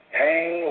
hang